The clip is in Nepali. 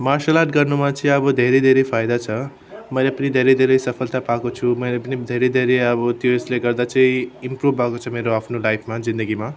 मार्सल आर्ट गर्नुमा चाहिँ अब धेरै धेरै फाइदा छ मैले पनि धेरै धेरै सफलता पाएको छु मैले पनि धेरै धेरै अब त्यसले गर्दा चाहिँ इम्प्रुभ भएको छ मेरो आफ्नो लाइफमा जिन्दगीमा